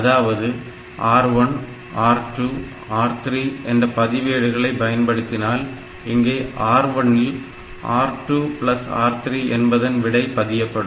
அதாவது R1 R2 R3 என்ற பதிவேடுகளை பயன்படுத்தினால் இங்கே R1 இல் R2R3 என்பதன் விடை பதியப்படும்